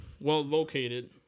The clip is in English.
well-located